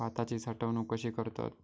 भाताची साठवूनक कशी करतत?